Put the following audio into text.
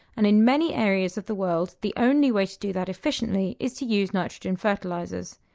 and in many areas of the world the only way to do that efficiently is to use nitrogen fertilisers.